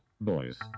Boys